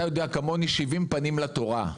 אתה יודע כמוני 70 פנים לתורה.